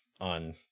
on